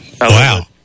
wow